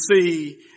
see